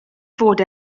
fod